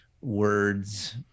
words